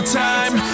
time